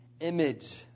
image